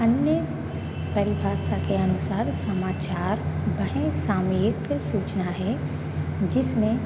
अन्य परिभाषा के अनुसार समाचार वही सामयिक सूचना है जिसमें